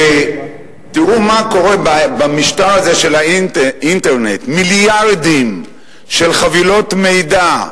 תראו מה קורה במשטר הזה של האינטרנט: מיליארדים של חבילות מידע,